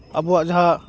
ᱟᱵᱚᱣᱟᱜ ᱡᱟᱦᱟᱸ